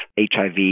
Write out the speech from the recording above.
HIV